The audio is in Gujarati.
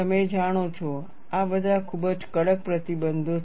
તમે જાણો છો આ બધા ખૂબ જ કડક પ્રતિબંધો છે